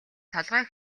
толгой